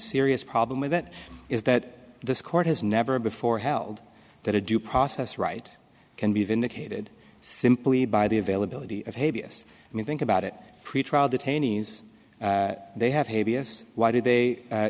serious problem with it is that this court has never before held that a due process right can be vindicated simply by the availability of habeas i mean think about it pretrial detainees they have habeas why do they